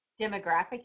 demographic